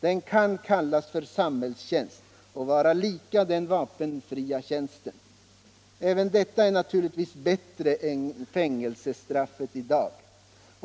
Den kan kallas för samhällstjänst och vara lik den vapenfria tjänsten. Även detta är naturligtvis bättre än fängelsestraffet av i dag.